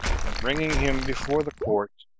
and bringing him before the court,